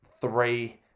three